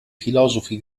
filosofi